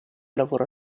lavora